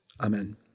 Amen